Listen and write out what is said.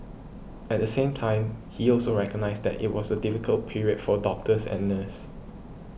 at the same time he also recognised that it was a difficult period for doctors and nurses